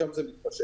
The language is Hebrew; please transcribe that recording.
ומשם זה מתפשט.